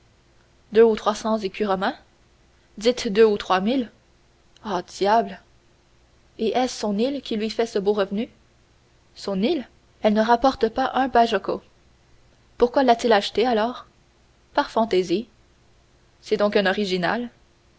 deux ou trois cents écus romains dites deux ou trois mille ah diable et est-ce son île qui lui fait ce beau revenu son île elle ne rapporte pas un bajocco pourquoi l'a-t-il achetée alors par fantaisie c'est donc un original